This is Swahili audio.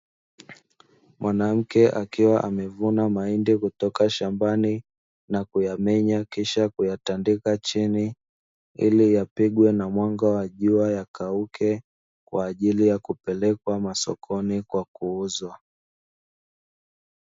Mwanamke akiwa amevuna mahindi kutoka shambani, na kuyamenya kisha kuyatandika chini, ili yapigwe na mwanga wa jua yakauke kwa ajili ya kupelekwa masokoni kwa kuuzwa.